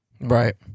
Right